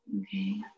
okay